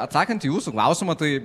atsakant į jūsų klausimą tai